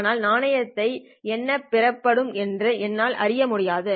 ஆனால் நாணயத்தால் என்ன பெறப்படும் என்று என்னால் அறிய முடியாது